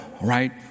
right